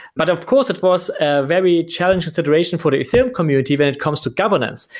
but of course, it was a very challenging situation for the ethereum community when it comes to governance.